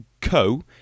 Co